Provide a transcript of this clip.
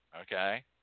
okay